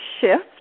shift